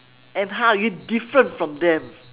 and how are you different from them